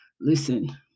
listen